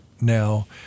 Now –